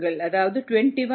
37 10 3s 1 log101286